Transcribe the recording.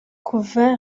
kuva